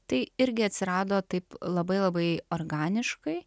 tai irgi atsirado taip labai labai organiškai